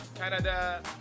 Canada